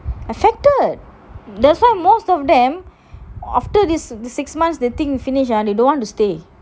affected that's why most of them after this the six months they think finish and they don't want to stay